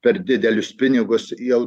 per didelius pinigus jau